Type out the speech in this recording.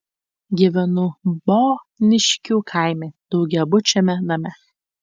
gyvenu boniškių kaime daugiabučiame name